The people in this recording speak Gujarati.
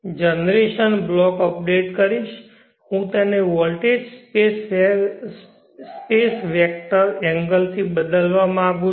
જનરેશન બ્લોક અપડેટ કરીશ હું તેને વોલ્ટેજ સ્પેસ સ્પેસર એંગલથી બદલવા માંગુ છું